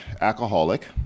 alcoholic